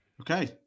okay